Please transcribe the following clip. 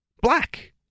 black